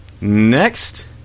Next